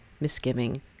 misgiving